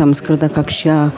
संस्कृतकक्ष्या